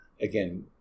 again